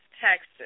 Texas